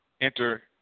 Enter